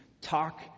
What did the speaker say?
talk